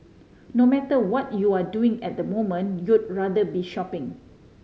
no matter what you're doing at the moment you'd rather be shopping